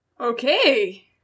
Okay